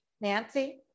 Nancy